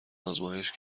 آزمایش